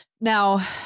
Now